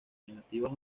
negativas